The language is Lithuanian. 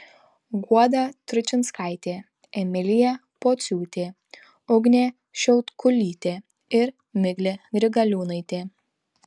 guoda tručinskaitė emilija pociūtė ugnė šiautkulytė ir miglė grigaliūnaitė